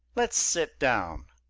let's sit down.